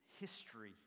history